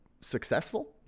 successful